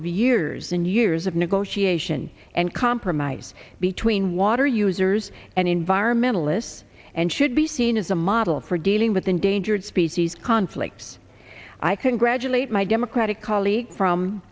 of years and years of negotiation and compromise between water users and environmentalist and should be seen as a model for dealing with endangered species conflicts i congratulate my democratic colleague from